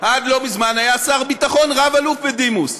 עד לא מזמן היה שר ביטחון רב-אלוף בדימוס.